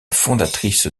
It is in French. fondatrice